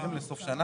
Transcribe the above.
בדיוק.